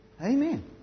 Amen